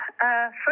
first